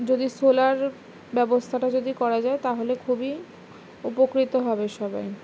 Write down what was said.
যদি সোলার ব্যবস্থাটা যদি করা যায় তাহলে খুবই উপকৃত হবে সবাই